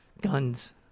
guns